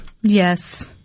Yes